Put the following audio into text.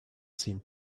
seemed